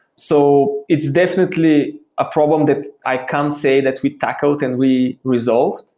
so it's definitely a problem that i can't say that we tackled and we resolve,